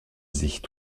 sich